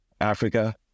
Africa